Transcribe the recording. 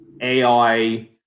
AI